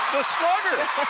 the starter,